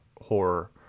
horror